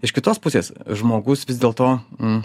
iš kitos pusės žmogus vis dėlto